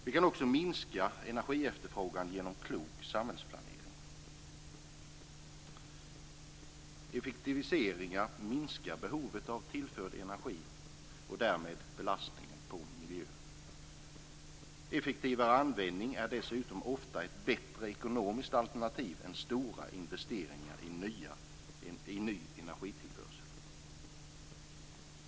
Vi kan också minska energiefterfrågan genom klok samhällsplanering. Effektiviseringar minskar behovet av tillförd energi och därmed belastningen på miljön. En effektivare användning är dessutom ofta ett bättre ekonomiskt alternativ än stora investeringar i ny energitillförsel.